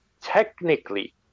technically